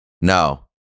no